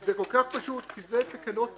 זה כל כך פשוט, כי זה תקנות תמרור.